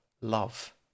love